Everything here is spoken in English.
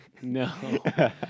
No